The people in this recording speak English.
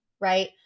right